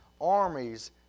armies